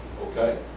okay